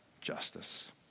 justice